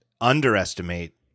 underestimate